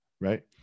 right